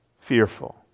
fearful